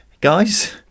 Guys